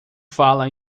fala